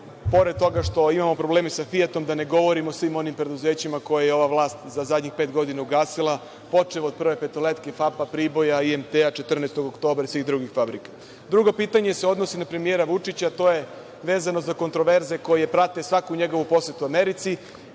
pored toga što imamo probleme sa „Fijatom“, da ne govorim o svim onim preduzećima koje je ova vlast za zadnjih pet godina ugasila, počev od „Prve petoletke“, „FAP-a“ Priboja, „IMT-a“, „14. oktobra“ i svih drugih fabrika. **Miroslav Aleksić** Drugo pitanje se odnosi na premijera Vučića, a to je vezano za kontraverze koje prate svaku njegovu posetu Americi,